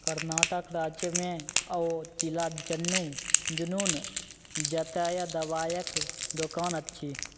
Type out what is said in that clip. कर्नाटक राज्यमे ओ जिला जनु जुनून जतऽ दवाइक दोकान अछि